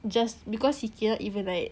just because he cannot even right